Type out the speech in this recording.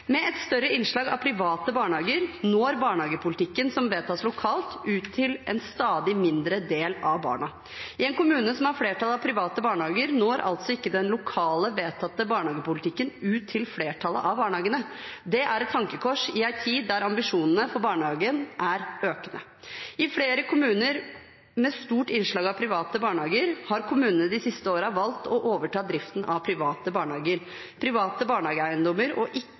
vedtas lokalt, ut til en stadig mindre del av barna. I en kommune som har flertall av private barnehager, når altså ikke den lokalt vedtatte barnehagepolitikken ut til flertallet av barnehagene. Det er et tankekors i en tid da ambisjonene for barnehagen er økende. Flere kommuner med stort innslag av private barnehager har de siste årene valgt å overta driften av private barnehager og private barnehageeiendommer, og